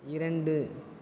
இரண்டு